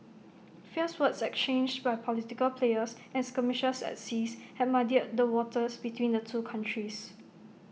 fierce words exchanged by political players and skirmishes at seas had muddied the waters between the two countries